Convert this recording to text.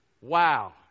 Wow